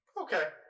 Okay